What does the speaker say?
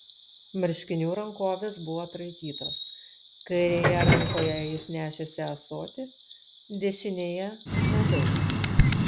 marškinių rankovės buvo atraitytos kairėje rankoje jis nešėsi ąsotį dešinėje medaus